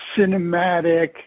cinematic